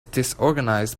disorganized